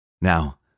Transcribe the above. Now